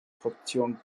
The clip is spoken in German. fraktionen